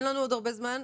אין לנו עוד הרבה זמן.